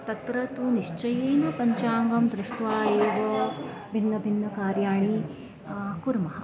तत्र तु निश्चयेन पञ्चाङ्गं दृष्ट्वा एव भिन्नभिन्नकार्याणि कुर्मः